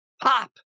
pop